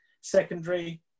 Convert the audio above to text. secondary